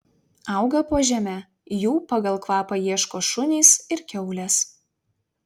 auga po žeme jų pagal kvapą ieško šunys ir kiaulės